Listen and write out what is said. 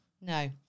No